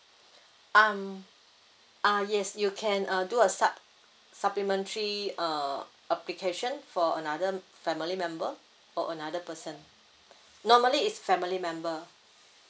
um uh yes you can uh do a sup~ supplementary uh application for another family member or another person normally it's family member